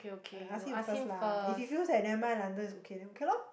I ask him at first lah if he feels that never mind London is okay then okay lor